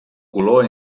color